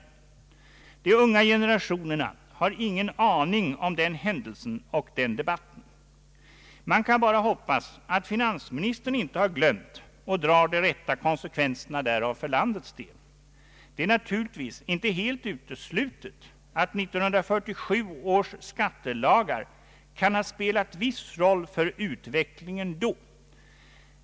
De unga generationerna har ingen aning om den händelsen och den debatten. Man kan bara hoppas att finansministern inte har glömt och drar de rätta konsekvenserna därav för landets del. Det är naturligtvis inte helt uteslutet att 1947 års skattelagar kan ha spelat viss roll för utvecklingen då.